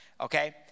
okay